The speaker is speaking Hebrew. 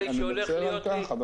אני מצר על כך.